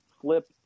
flip